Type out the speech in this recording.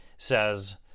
says